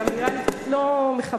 זה גם נראה לי קצת לא מכבד.